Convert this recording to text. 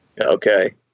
okay